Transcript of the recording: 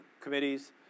committees